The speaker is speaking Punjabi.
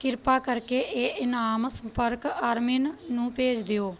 ਕ੍ਰਿਪਾ ਕਰਕੇ ਇਹ ਇਨਾਮ ਸੰਪਰਕ ਆਰਮਿਨ ਨੂੰ ਭੇਜ ਦਿਓ